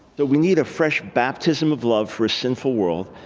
so we need a fresh baptism of love for a sinful world,